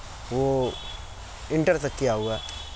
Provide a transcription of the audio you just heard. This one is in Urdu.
وہ انٹر تک کیا ہوا